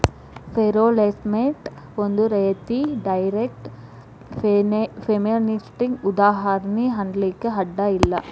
payroll payment ಒಂದ್ ರೇತಿ direct ಪೇಮೆನ್ಟಿಗೆ ಉದಾಹರ್ಣಿ ಅನ್ಲಿಕ್ಕೆ ಅಡ್ಡ ಇಲ್ಲ